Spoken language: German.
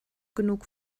genug